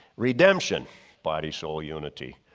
redemption body-soul unity,